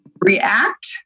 React